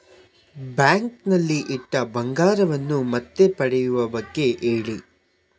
bank ನಲ್ಲಿ ಇಟ್ಟ ಬಂಗಾರವನ್ನು ಮತ್ತೆ ಪಡೆಯುವ ಬಗ್ಗೆ ಹೇಳಿ